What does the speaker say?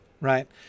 right